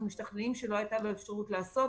משתכנעים שלא הייתה לו אפשרות לעשות.